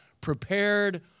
prepared